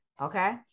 Okay